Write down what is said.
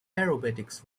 aerobatics